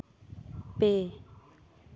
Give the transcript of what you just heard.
ᱯᱮ